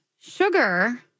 Sugar